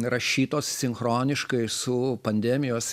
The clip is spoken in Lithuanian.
rašytos sinchroniškai su pandemijos